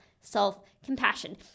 self-compassion